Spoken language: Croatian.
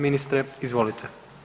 Ministre izvolite.